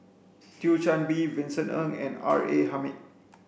Thio Chan Bee Vincent Ng and R A Hamid